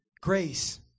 Grace